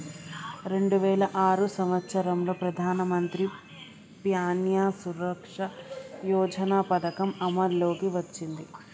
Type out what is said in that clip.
రెండు వేల ఆరు సంవత్సరంలో ప్రధానమంత్రి ప్యాన్య సురక్ష యోజన పథకం అమల్లోకి వచ్చింది